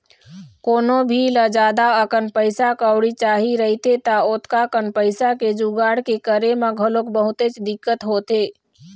कोनो भी ल जादा अकन पइसा कउड़ी चाही रहिथे त ओतका कन पइसा के जुगाड़ के करे म घलोक बहुतेच दिक्कत होथे